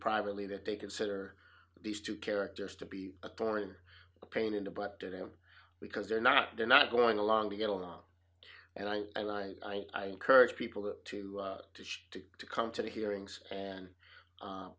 privately that they consider these two characters to be a thorn a pain in the butt to them because they're not they're not going along to get along and i and i courage people to to to to come to the hearings and